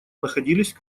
находились